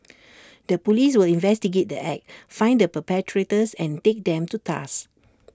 the Police will investigate the act find the perpetrators and take them to task